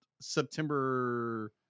september